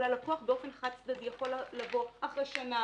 אבל הלקוח יכול באופן חד צדדי לבוא אחרי שנה,